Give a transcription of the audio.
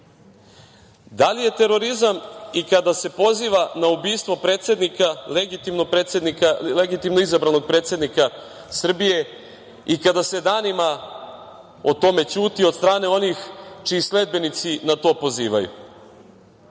li je terorizam i kada se poziva na ubistvo predsednika, legitimnog predsednika, legitimno izabranog predsednika Srbije i kada se danima o tome ćuti od strane onih čiji sledbenici na to pozivaju? Da